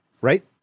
right